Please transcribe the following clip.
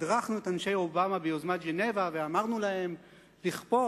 שתדרכנו את אנשי אובמה ביוזמת ז'נבה ואמרנו להם לכפות,